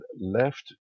left